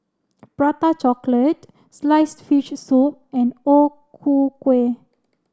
prata chocolate sliced fish soup and O Ku Kueh